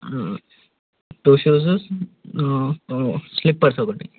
two shoes slippers ఒకటి